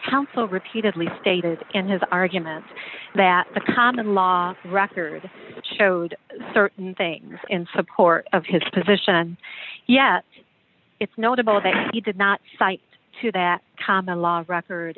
counsel repeatedly stated in his arguments that the common law record showed certain things in support of his position and yet it's notable that he did not cite to that common law record